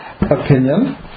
opinion